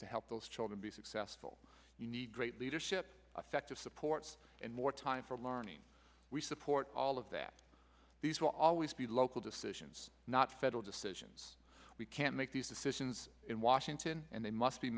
to help those children be successful you need great leadership affective supports and more time for learning we support all of that these will always be local decisions not federal decisions we can't make these decisions in washington and they must be